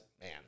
Man